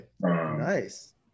Nice